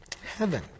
Heaven